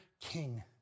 king